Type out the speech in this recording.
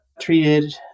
treated